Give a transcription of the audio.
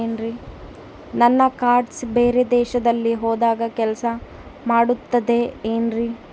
ನನ್ನ ಕಾರ್ಡ್ಸ್ ಬೇರೆ ದೇಶದಲ್ಲಿ ಹೋದಾಗ ಕೆಲಸ ಮಾಡುತ್ತದೆ ಏನ್ರಿ?